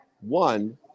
One